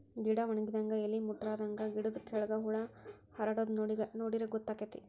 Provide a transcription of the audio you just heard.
ಗಿಡಾ ವನಗಿದಂಗ ಎಲಿ ಮುಟ್ರಾದಂಗ ಗಿಡದ ಕೆಳ್ಗ ಹುಳಾ ಹಾರಾಡುದ ನೋಡಿರ ಗೊತ್ತಕೈತಿ